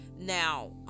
now